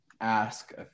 ask